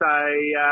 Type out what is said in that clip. say